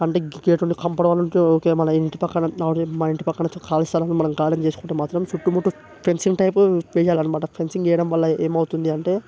అంటే గేట్ ఉంటే compound wall ఉంటే ఓకే మన ఇంటి పక్కన అలాగే మా ఇంటి పక్కన ఖాళీ స్థలంని మనం గార్డెన్ చేసుకుంటే మాత్రం చుట్టుముట్టు ఫెన్సింగ్ టైప్ వెయ్యలన్నమాట ఫెన్సింగ్ వెయ్యడం వల్ల ఏమౌతుంది అంటే